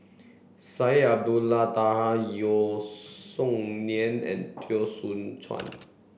Syed Taha Yeo Song Nian and Teo Soon Chuan